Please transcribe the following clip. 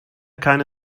keine